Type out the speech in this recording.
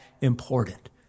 important